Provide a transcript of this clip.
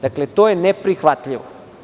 Dakle, to je neprihvatljivo.